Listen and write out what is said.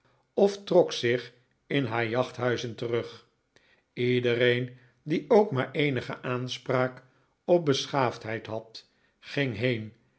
of trok zich in haar jachthuizen terug ledereen die ook maar eenige aanspraak op beschaafdheid had ging heen